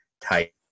type